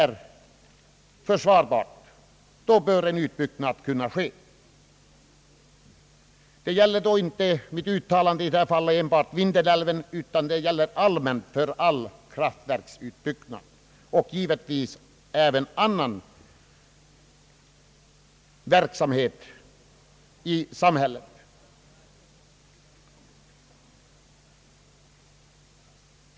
Mitt uttalande gäller inte enbart Vindelälven utan all kraftverksutbyggnad, och givetvis även annan verksamhet i samhället.